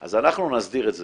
אז אנחנו נסדיר את זה.